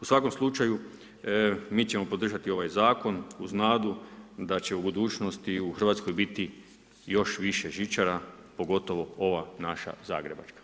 U svakom slučaju, mi ćemo podržati ovaj zakon, uz nadu da će u budućnosti, u Hrvatskoj biti još više žičara, pogotovo ova naša Zagrebačka.